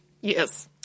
yes